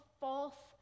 false